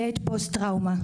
לעת פוסט טראומה.